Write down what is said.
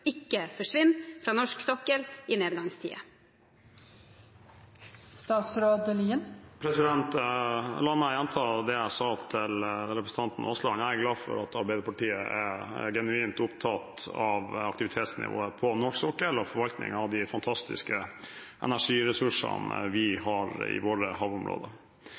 ikke forsvinner fra norsk sokkel i nedgangstider?» La meg gjenta det jeg sa til representanten Aasland: Jeg er glad for at Arbeiderpartiet er genuint opptatt av aktivitetsnivået på norsk sokkel og forvaltningen av de fantastiske energiressursene vi har i våre havområder.